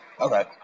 Okay